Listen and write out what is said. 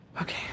Okay